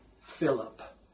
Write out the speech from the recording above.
Philip